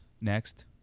Next